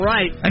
Right